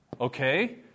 okay